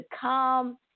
come